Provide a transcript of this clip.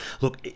Look